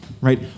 right